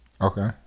Okay